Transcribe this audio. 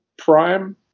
prime